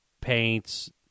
paints